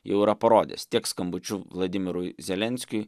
jau yra parodęs tiek skambučiu vladimirui zelenskiui